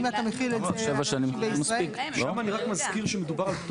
שם אני רק מזכיר שמדובר על פטור